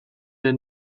the